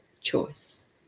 choice